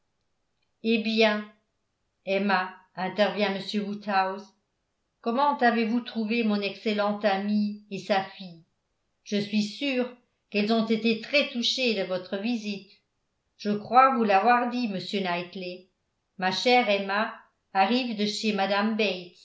eh bien emma intervint m woodhouse comment avez-vous trouvé mon excellente amie et sa fille je suis sûr qu'elles ont été très touchées de votre visite je crois vous l'avoir dit monsieur knightley ma chère emma arrive de chez mme